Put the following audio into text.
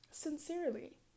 Sincerely